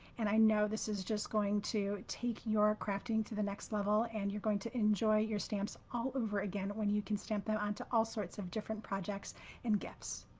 and i know this is just going to take your crafting to the next level and you're going to enjoy your stamps all over again when you can stamp them onto all sorts of different projects and gifts.